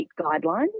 guidelines